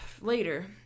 later